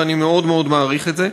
ואני מאוד מאוד מעריך את זה.